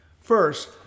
First